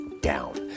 down